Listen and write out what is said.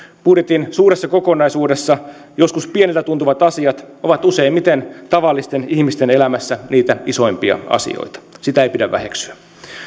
budjetin suuressa kokonaisuudessa joskus pieniltä tuntuvat asiat ovat useimmiten tavallisten ihmisten elämässä niitä isoimpia asioita sitä ei pidä väheksyä